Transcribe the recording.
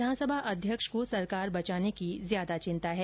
विधानसभा अध्यक्ष को सरकार बचाने की ज्यादा चिंता है